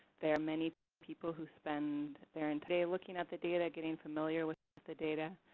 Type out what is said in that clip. there are many people who spend their entire day looking at the data, getting familiar with the data,